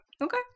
Okay